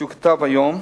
שהוא כתב היום.